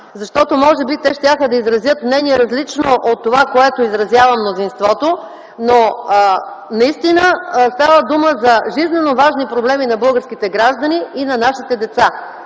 защото може би те щяха да изразят различно мнение от това, което изразява мнозинството. Наистина става дума за жизненоважни проблеми на българските граждани и на нашите деца.